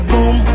Boom